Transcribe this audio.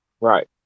right